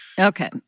Okay